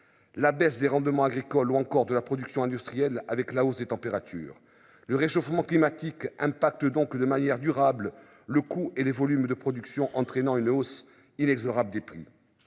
La baisse des rendements agricoles ou encore de la production industrielle avec la hausse des températures. Le réchauffement climatique impacte donc de manière durable le coût et les volumes de production, entraînant une hausse inexorable des prix.